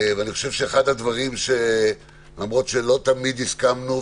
אחד הדברים למרות שלא תמיד הסכמנו,